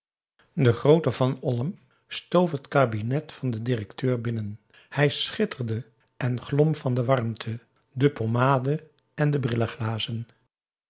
de groote van olm stoof het kabinet van den directeur binnen hij schitterde en glom van de warmte de pommade en de brillenglazen